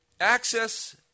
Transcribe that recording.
access